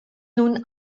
nun